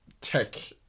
tech